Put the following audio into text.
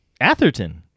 Atherton